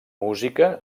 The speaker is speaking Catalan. música